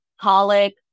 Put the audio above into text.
colic